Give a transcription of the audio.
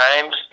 times